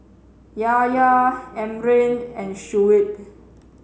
Yahya Amrin and Shuib